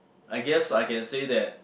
I guess I can say that